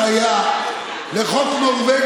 אבל זה בטח לא מסייע לגלגלי